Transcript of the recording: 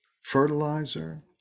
fertilizer